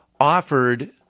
offered